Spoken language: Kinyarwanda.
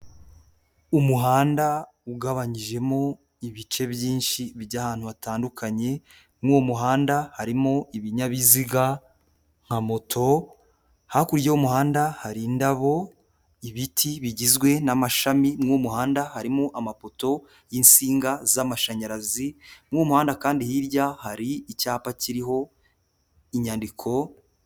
Umuhanda ugabanyijemo ibice byinshi by'ahantu hatandukanye, muri uwo muhanda harimo ibinyabiziga nka moto, hakurya y'umuhanda hari indabo, ibiti bigizwe n'amashami muri uwo muhanda harimo amapoto y'insinga z'amashanyarazi, muri uwo muhanda kandi hirya hari icyapa kiriho inyandiko.